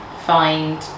find